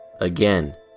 Again